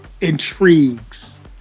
intrigues